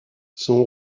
son